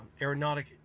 aeronautic